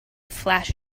flash